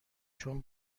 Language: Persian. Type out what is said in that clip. چون